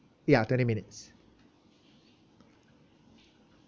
ya twenty minutes